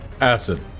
acid